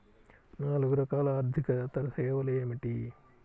నాలుగు రకాల ఆర్థికేతర సేవలు ఏమిటీ?